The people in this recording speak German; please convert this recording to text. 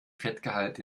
fettgehalt